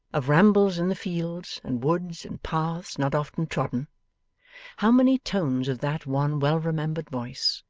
of rambles in the fields and woods, and paths not often trodden how many tones of that one well-remembered voice,